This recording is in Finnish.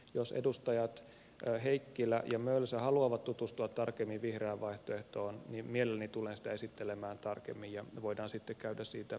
jos edustajat heikkilä ja mölsä haluavat tutustua tarkemmin vihreään vaihtoehtoon niin mielelläni tulen sitä esittelemään tarkemmin ja me voimme sitten käydä siitä yksityiskohtaisemman keskustelun